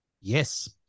Yes